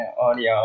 audio